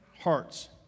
hearts